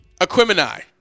Equimini